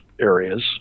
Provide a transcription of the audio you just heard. areas